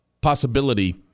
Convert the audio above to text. possibility